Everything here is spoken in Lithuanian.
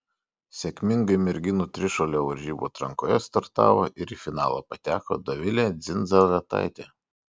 sėkmingai merginų trišuolio varžybų atrankoje startavo ir į finalą pateko dovilė dzindzaletaitė